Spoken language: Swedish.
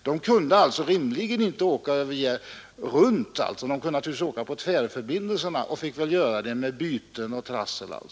De kunde rimligen inte åka runt utan tvingades att använda tvärförbindelserna, vilket innebar byten och trassel.